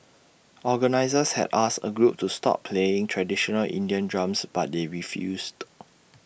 organisers had asked A group to stop playing traditional Indian drums but they refused